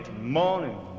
morning